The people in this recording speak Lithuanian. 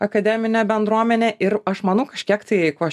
akademinę bendruomenę ir aš manau kažkiek tai ko aš